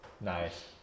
Nice